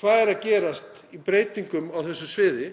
hvað er að gerast í breytingum á þessu sviði